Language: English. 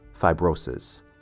fibrosis